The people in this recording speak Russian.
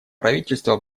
правительство